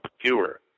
fewer